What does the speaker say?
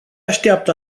așteaptă